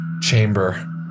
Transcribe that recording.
chamber